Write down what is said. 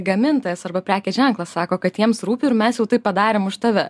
gamintojas arba prekės ženklas sako kad jiems rūpi ir mes jau tai padarėm už tave